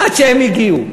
עד שהם הגיעו.